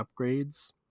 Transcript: upgrades